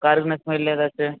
கருகின smell எதாச்சும்